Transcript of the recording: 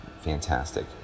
fantastic